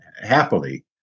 happily